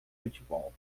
futebol